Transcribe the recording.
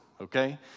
Okay